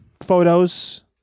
photos